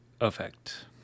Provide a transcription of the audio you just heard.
effect